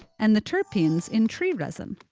and the terpenes in tree resin.